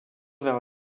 vers